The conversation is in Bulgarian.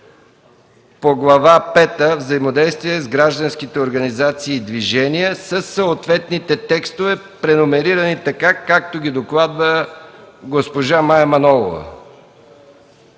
по „Глава пета „а” – Взаимодействие с гражданските организации и движения” със съответните текстове, преномерирани, както ги докладва госпожа Мая Манолова.